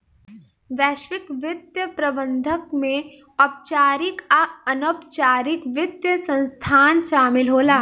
वैश्विक वित्तीय प्रबंधन में औपचारिक आ अनौपचारिक वित्तीय संस्थान शामिल होला